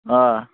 हां